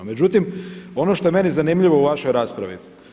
Međutim, ono što je meni zanimljivo u vašoj raspravi.